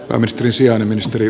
arvoisa puhemies